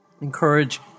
encourage –